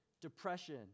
Depression